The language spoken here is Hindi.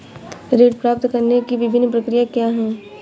ऋण प्राप्त करने की विभिन्न प्रक्रिया क्या हैं?